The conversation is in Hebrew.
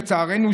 לצערנו,